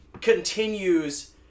Continues